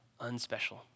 unspecial